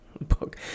book